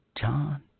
John